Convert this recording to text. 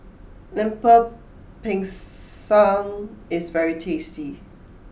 Lemper Pisang is very tasty